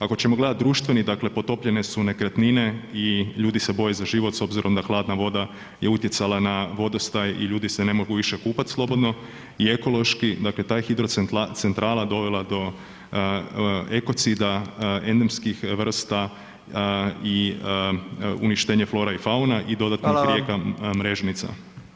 Ako ćemo gledat društveni, dakle potopljene su nekretnine i ljudi se boje za život s obzirom da hladna voda je utjecala na vodostaj i ljudi se ne mogu više kupat slobodno i ekološki, dakle ta hidrocentrala je dovela do ekocida endemskih vrsta i uništenje flora i fauna [[Upadica: Hvala]] [[Upadica: Hvala]] i dodatnih rijeka Mrežnica.